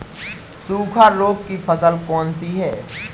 सूखा रोग की फसल कौन सी है?